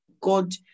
God